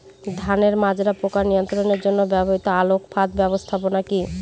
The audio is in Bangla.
ধানের মাজরা পোকা নিয়ন্ত্রণের জন্য ব্যবহৃত আলোক ফাঁদ ব্যবস্থাপনা কি?